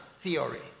theory